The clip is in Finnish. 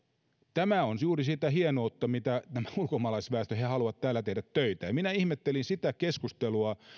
tämä on juuri sitä hienoutta että tämä ulkomaalaisväestö haluaa täällä tehdä töitä minä ihmettelin sitä keskustelua